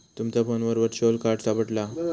तुमचा फोनवर virtual card साठवला जाता